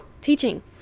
teaching